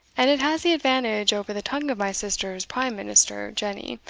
and it has the advantage over the tongue of my sister's prime minister, jenny,